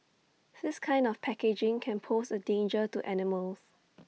this kind of packaging can pose A danger to animals